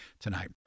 Tonight